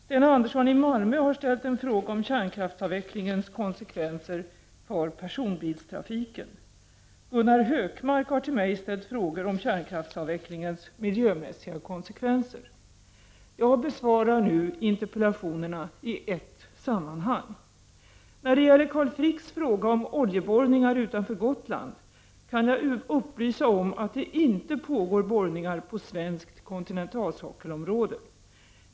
Sten Andersson i Malmö har ställt en fråga om kärnkraftsavvecklingens konsekvenser för personbilstrafiken. Gunnar Hökmark har till mig ställt frågor om kärnkraftsavvecklingens miljömässiga konsekvenser. Jag besvarar nu interpellationerna i ett sammanhang. När det gäller Carl Fricks fråga om oljeborrningar utanför Gotland kan jag upplysa om att det inte pågår borrningar på svenskt kontinentalsockelområde.